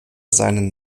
seinen